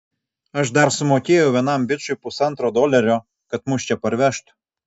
aš dar sumokėjau vienam bičui pusantro dolerio kad mus čia parvežtų